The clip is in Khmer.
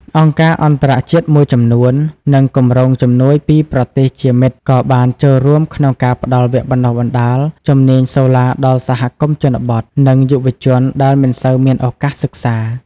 អង្គការអន្តរជាតិមួយចំនួន និងគម្រោងជំនួយពីប្រទេសជាមិត្តក៏បានចូលរួមក្នុងការផ្តល់វគ្គបណ្តុះបណ្តាលជំនាញសូឡាដល់សហគមន៍ជនបទ និងយុវជនដែលមិនសូវមានឱកាសសិក្សា។